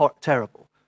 terrible